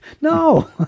no